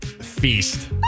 feast